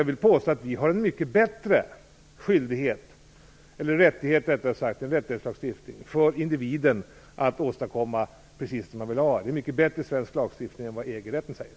Jag vill påstå att vi har en mycket bättre rättighetslagstiftning gentemot individen. Man kan få det precis som man vill ha det. Den svenska lagstiftningen är mycket bättre än EG-rätten.